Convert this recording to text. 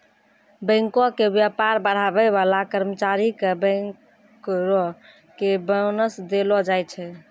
बैंको के व्यापार बढ़ाबै बाला कर्मचारी के बैंकरो के बोनस देलो जाय छै